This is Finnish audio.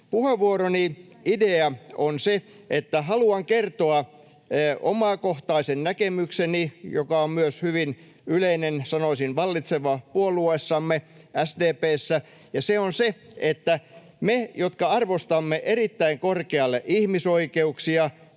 Puheenvuoroni idea on se, että haluan kertoa omakohtaisen näkemykseni, joka on myös hyvin yleinen, sanoisin, vallitseva, puolueessamme SDP:ssä, ja se on se, että me, jotka arvostamme erittäin korkealle ihmisoikeuksia,